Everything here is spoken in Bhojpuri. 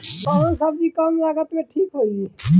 कौन सबजी कम लागत मे ठिक होई?